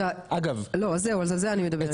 לא, זהו, על זה אני מדברת.